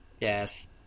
Yes